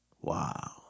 Wow